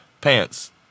Pants